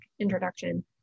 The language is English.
introduction